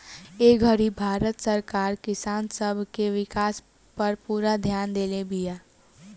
ए घड़ी भारत सरकार किसान सब के विकास पर पूरा ध्यान देले बिया